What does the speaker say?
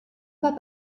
non